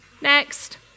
Next